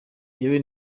jyewe